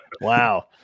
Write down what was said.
Wow